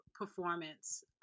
performance